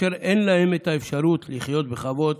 ואין להן את האפשרות לחיות בכבוד